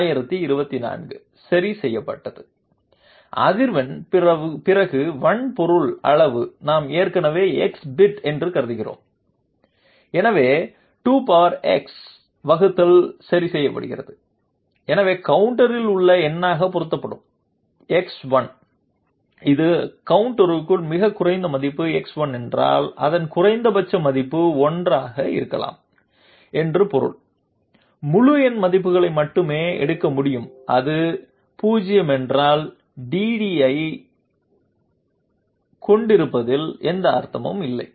1024 சரி செய்யப்பட்டது அதிர்வெண் பின்னர் வன்பொருள் அளவு நாம் ஏற்கனவே x பிட் என்று கருதுகிறோம் எனவே 2x வகுத்தல் சரி செய்யப்பட்டது எனவே கவுண்டரில் உள்ள எண்ணாக பெருக்கப்படும் x1 இது கவுண்டருக்குள் மிகக் குறைந்த மதிப்பு x1 என்றால் அதன் குறைந்தபட்ச மதிப்பு 1 ஆக இருக்கலாம் என்று பொருள் முழு எண் மதிப்புகளை மட்டுமே எடுக்க முடியும் அது 0 என்றால் அந்த DDA ஐக் கொண்டிருப்பதில் எந்த அர்த்தமும் இல்லை